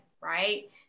right